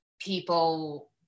people